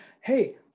hey